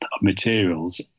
materials